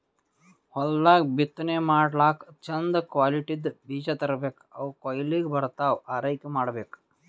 ಹೊಲ್ದಾಗ್ ಬಿತ್ತನೆ ಮಾಡ್ಲಾಕ್ಕ್ ಚಂದ್ ಕ್ವಾಲಿಟಿದ್ದ್ ಬೀಜ ತರ್ಬೆಕ್ ಅವ್ ಕೊಯ್ಲಿಗ್ ಬರತನಾ ಆರೈಕೆ ಮಾಡ್ಬೇಕ್